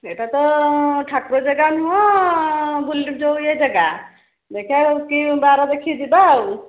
ସେଇଟା ତ ଠାକୁର ଜାଗା ନୁହେଁ ବୁଲ ଯେଉଁ ଏହି ଜାଗା ଦେଖିବା କି ବାର ଦେଖି ଯିବା ଆଉ